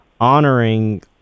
honoring